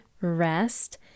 rest